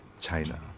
China